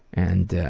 and